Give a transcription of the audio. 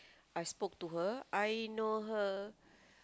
I've spoke to her I know her